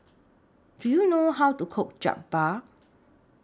Do YOU know How to Cook Jokbal